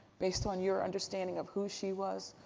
based on your understanding of who she was?